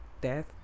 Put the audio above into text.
death